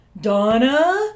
Donna